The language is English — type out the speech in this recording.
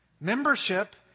Membership